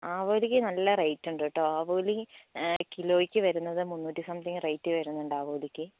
ആവോലിക്ക് നല്ല റേറ്റ് ഉണ്ട് കേട്ടോ അവോലി കിലോക്ക് വരുന്നത് മൂന്നൂറ്റി സമത്തിങ് റേറ്റ് വരുന്നുണ്ട് ഉണ്ട് അവോലിക്ക്